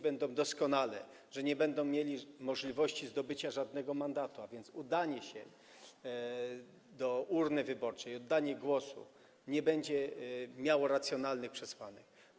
Będą doskonale wiedzieć, że nie mają możliwości zdobycia żadnego mandatu, a więc udanie się do urny wyborczej i oddanie głosu nie będzie miało racjonalnych przesłanek.